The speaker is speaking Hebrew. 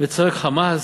וצועק חמס: